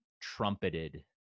trumpeted